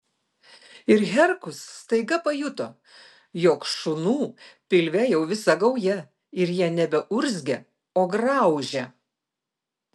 ir herkus staiga pajuto jog šunų pilve jau visa gauja ir jie nebeurzgia o graužia